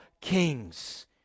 kings